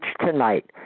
tonight